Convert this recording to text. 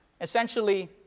essentially